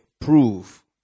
prove